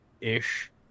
ish